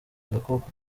agakoko